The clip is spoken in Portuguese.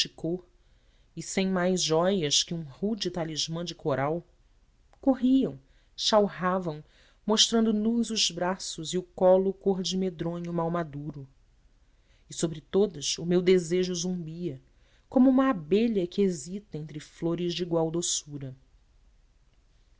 riscadinho multicor e sem mais jóias que um rude talismã de coral corriam chalravam mostrando nus os braços e o colo cor de medronho mal maduro e sobre todas o meu desejo zumbia como uma abelha que hesita entre flores de igual doçura